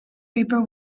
paper